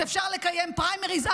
שאפשר לקיים פריימריז?